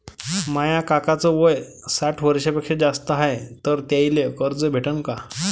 माया काकाच वय साठ वर्षांपेक्षा जास्त हाय तर त्याइले कर्ज भेटन का?